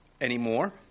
anymore